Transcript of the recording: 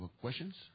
questions